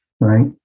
Right